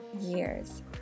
years